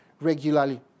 regularly